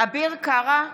אביר קארה,